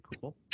cool